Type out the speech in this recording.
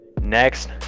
Next